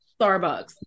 Starbucks